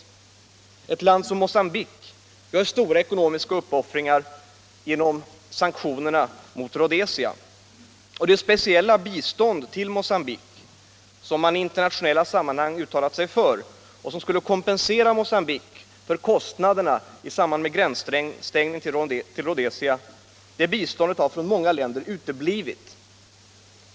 Och ett land som Mogambique gör stora ekonomiska uppoffringar genom sanktionerna mot Rhodesia. Det speciella bistånd till Mogambique som man i internationella sammanhang har uttalat sig för och som skulle kompensera Mocambique för kostnaderna i samband med gränsstängningen mot Rhodesia har från många länder uteblivit.